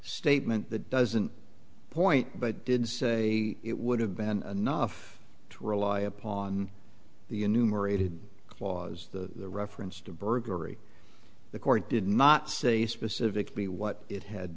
statement that doesn't point but did say it would have been enough to rely upon the in numerated clause the reference to burglary the court did not say specifically what it had